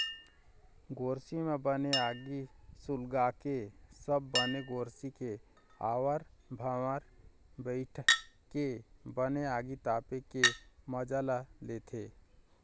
गोरसी म बने आगी सुलगाके सब बने गोरसी के आवर भावर बइठ के बने आगी तापे के मजा ल लेथे